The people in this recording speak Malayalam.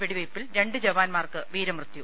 വെടിവെയ്പിൽ രണ്ട് ജവാന്മാർക്ക് വീരമൃത്യു